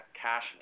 cash